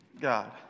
God